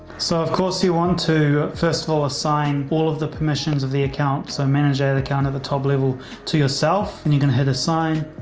so, of course, you want to, first of all, assign all of the permissions of the account, so manager the account of the top level to yourself and you going ahead assign.